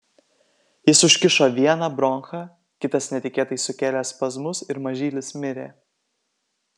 jis užkišo vieną bronchą kitas netikėtai sukėlė spazmus ir mažylis mirė